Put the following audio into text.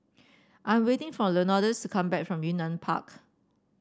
I'm waiting for Leonidas come back from Yunnan Park